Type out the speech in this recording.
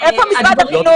איפה משרד החינוך?